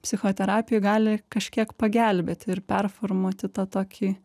psichoterapija gali kažkiek pagelbėti ir performuoti tą tokį